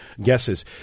guesses